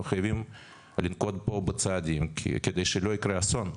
חייבים לנקוט בפה בצעדים כדי שלא יקרה אסון,